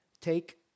Take